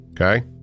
Okay